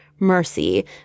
Mercy